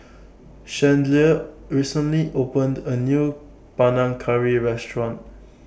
Chandler recently opened A New Panang Curry Restaurant